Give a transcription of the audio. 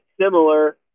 similar